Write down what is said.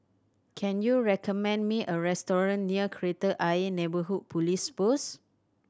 can you recommend me a restaurant near Kreta Ayer Neighbourhood Police Post